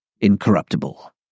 incorruptible